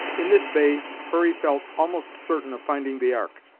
in this bay hurry felt almost certain of finding the ark,